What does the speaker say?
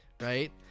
right